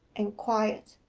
and quiet.